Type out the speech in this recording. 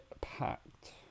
packed